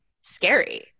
Scary